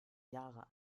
jahre